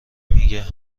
میگه